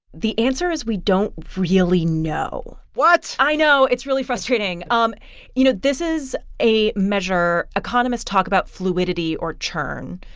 the answer is we don't really know what? i know, it's really frustrating. um you know, this is a measure economists talk about fluidity or churn.